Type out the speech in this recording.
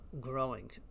growing